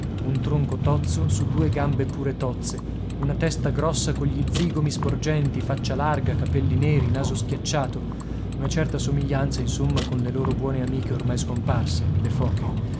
un tronco tozzo su due gambe pure tozze una testa grossa cogli zigomi sporgenti faccia larga capelli neri naso schiacciato una certa somiglianza insomma con le loro buone amiche ormai scomparse le foche